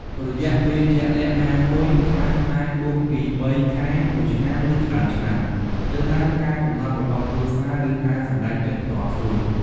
រយៈពេលជាក់លាក់ណាមួយ ខ្លះអាចបួសពីរបីខែ មួយឆ្នាំ ឬច្រើនឆ្នាំ ទៅតាមការកំណត់របស់គ្រួសារ ឬការសម្រេចចិត្តផ្ទាល់ខ្លួន។